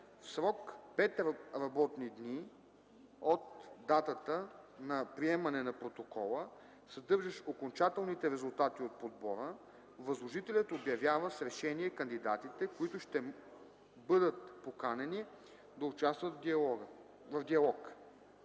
В срок 5 работни дни от датата на приемане на протокола, съдържащ окончателните резултати от подбора, възложителят обявява с решение кандидатите, които ще бъдат поканени да участват в диалог.